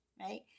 right